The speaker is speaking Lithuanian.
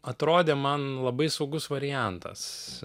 atrodė man labai saugus variantas